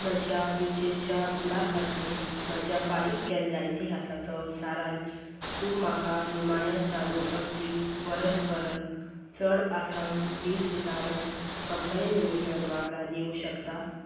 म्हज्या विजेच्या बिलां खातीर म्हज्या फारीक केल्ल्या इतिहासाचो सारांच तूं म्हाका निमाण्या चालू अर्दीक वरस परस चड आसाम वीज वितरण कंपनी लिमिटेड वांगडा दिवंक शकता